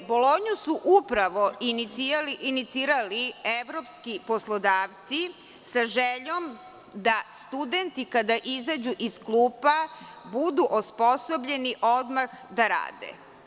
Bolonju su inicirali upravo evropski poslodavci sa željom da studenti kada izađu iz klupa budu osposobljeni da odmah rade.